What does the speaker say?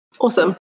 Awesome